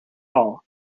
all